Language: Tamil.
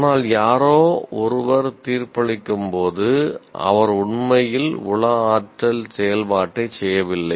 ஆனால் யாரோ ஒருவர் தீர்ப்பளிக்கும் போது அவர் உண்மையில் உள ஆற்றல் செயல்பாட்டைச் செய்யவில்லை